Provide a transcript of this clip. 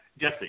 jesse